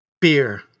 Beer